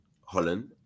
Holland